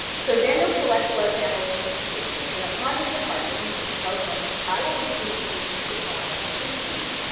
so daniels collects blood samples from those patients, and upon his departure, he tells them, i will be sending you some supplies and some food.